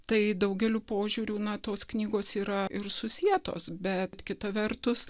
tai daugeliu požiūrių na tos knygos yra ir susietos bet kita vertus